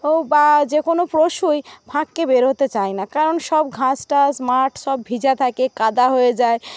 বা যে কোনো পশুই ফাঁককে বের হতে চায় না কারণ সব ঘাস টাস মাঠ সব ভিজা থাকে কাদা হয়ে যায়